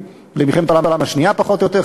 לאלה של מלחמת העולם השנייה פחות או יותר,